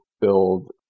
build